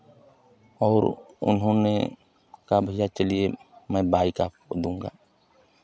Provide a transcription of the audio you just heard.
और उन्होंने कहा भैया चलिए मैं बाइक आपको दूँगा